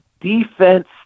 defense